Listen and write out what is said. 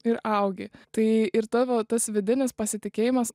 ir augi tai ir tavo tas vidinis pasitikėjimas